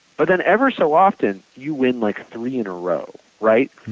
but then every so often you win like three in a row, right?